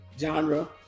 genre